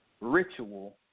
ritual